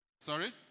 Sorry